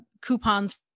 coupons